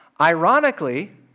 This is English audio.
Ironically